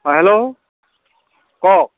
অঁ হেল্ল' কওক